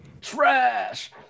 Trash